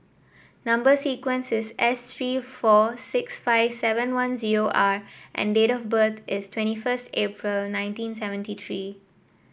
number sequence is S three four six five seven one zero R and date of birth is twenty first April nineteen seventy three